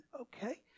okay